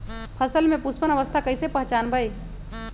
फसल में पुष्पन अवस्था कईसे पहचान बई?